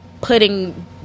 putting